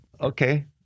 okay